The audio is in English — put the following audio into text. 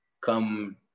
come